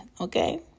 okay